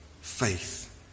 Faith